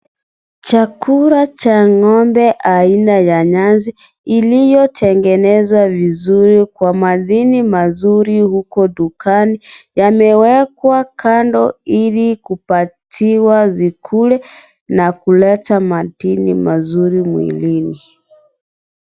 Chakula cha ngombe aina ya nyasi iliyotengenezwa vizuri Kwa madhini mazuri uko dukani, yamewekwa Kando ili kupatiwa zikule na kuleta madini mazuri mwilini.